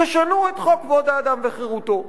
תשנו את חוק כבוד האדם וחירותו.